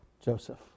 Joseph